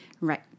Right